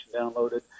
downloaded